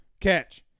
catch